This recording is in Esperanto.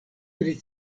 pri